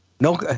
no